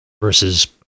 versus